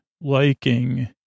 liking